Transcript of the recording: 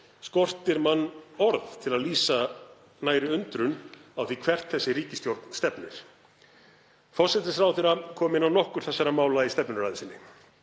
skortir mann orð til að lýsa nær undrun á því hvert þessi ríkisstjórn stefnir. Forsætisráðherra kom inn á nokkur þessara mála í stefnuræðu sinni,